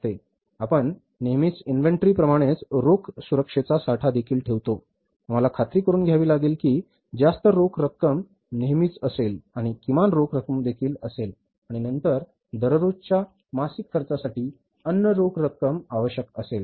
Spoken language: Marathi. आपण नेहमीच इन्व्हेंटरी प्रमाणेच रोख सुरक्षेचा साठा देखील ठेवतो आम्हाला खात्री करुन घ्यावी लागेल की जास्त रोख रक्कम नेहमीच असेल आणि किमान रोख रक्कमदेखील असेल आणि नंतर दररोजच्या मासिक खर्चासाठी अन्य रोख रक्कम आवश्यक असेल